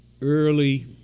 early